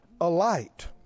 alight